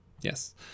Yes